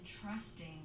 Trusting